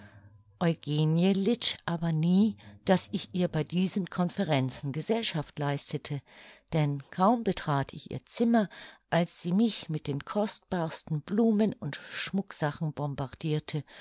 litt aber nie daß ich ihr bei diesen conferenzen gesellschaft leistete denn kaum betrat ich ihr zimmer als sie mich mit den kostbarsten blumen und schmucksachen bombardirte